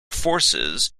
forces